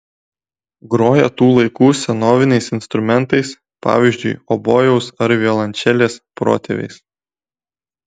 groja tų laikų senoviniais instrumentais pavyzdžiui obojaus ar violončelės protėviais